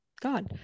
god